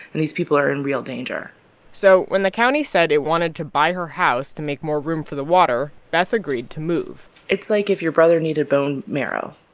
and these people are in real danger so when the county said it wanted to buy her house to make more room for the water, beth agreed to move it's like if your brother needed bone marrow,